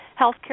healthcare